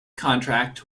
contract